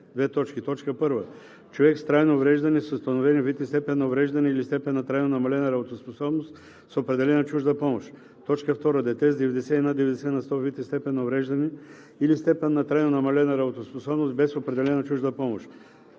на лична помощ е: 1. човек с трайно увреждане с установени вид и степен на увреждане или степен на трайно намалена работоспособност с определена чужда помощ; 2. дете с 90 и над 90 на сто вид и степен на увреждане или степен на трайно намалена работоспособност без определена чужда помощ.“